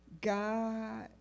God